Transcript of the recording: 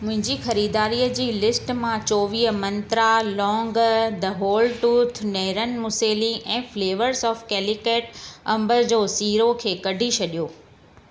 मुंहिंजी खरीदारी जी लिस्ट मां चौवीह मंत्रा लौंग द होल ट्रूथ नैरन मूसेली ऐं फ्लेवर्स ऑफ केलिकट अंब जो सीरो खे कढी छॾियो